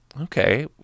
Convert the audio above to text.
Okay